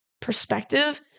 perspective